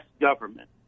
government